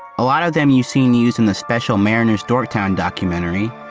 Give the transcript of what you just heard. a lot of them you've seen used in the special mariners dorktown documentary.